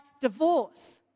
divorce